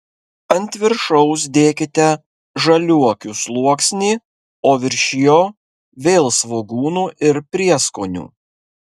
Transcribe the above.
ant viršaus dėkite žaliuokių sluoksnį o virš jo vėl svogūnų ir prieskonių